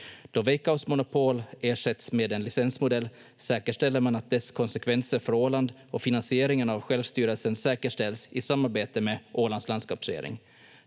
Då Veikkaus monopol ersätts med en licensmodell säkerställer man att dess konsekvenser för Åland och finansieringen av självstyrelsen säkerställs i samarbete med Ålands landskapsregering.